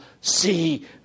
see